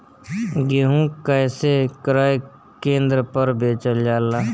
गेहू कैसे क्रय केन्द्र पर बेचल जाला?